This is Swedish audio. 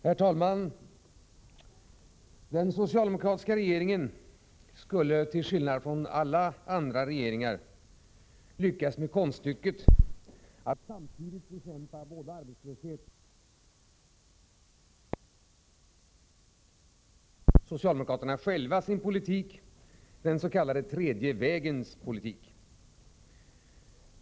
Herr talman! Den socialdemokratiska regeringen skulle, till skillnad från alla andra regeringar, lyckas med konststycket att samtidigt bekämpa både arbetslösheten och inflationen. Så beskrev socialdemokraterna själva sin politik, den s.k. tredje vägens politik.